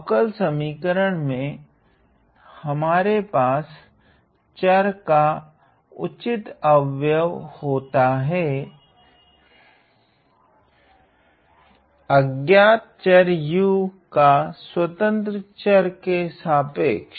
अवकल समीकरण मे हमारे पास चर का उचित अवकल्य होता है अज्ञात चर u का स्वतंत्र चर के सापेक्ष